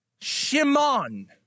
Shimon